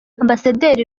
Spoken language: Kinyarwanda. ambasaderi